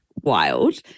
wild